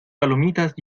palomitas